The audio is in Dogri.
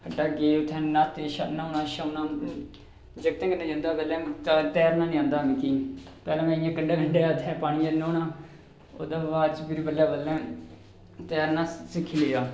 खड्ढै गे उत्थै न्हाते न्हौना शौना जागतें कन्नै जंदा हा पैह्लें मैं तैरना नीं औंदा हा मिगी पैह्लां मैं इयां गै कंडे कंडे गै पानियै च न्हौना ओह्दे बाद च फिर बल्लें बल्लें तैरना सिक्खी लेआ